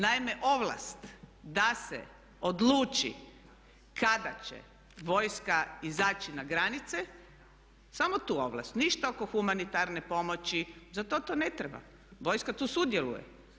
Naime, ovlast da se odluči kada će vojska izaći na granice, samo tu ovlast, ništa oko humanitarne pomoći, za to to ne treba, vojska tu sudjeluje.